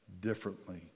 differently